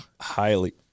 highly